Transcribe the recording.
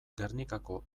gernikako